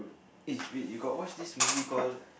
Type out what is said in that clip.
eh wait you got watch this movie call